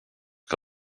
que